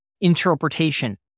interpretation